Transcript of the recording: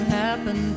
happen